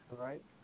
right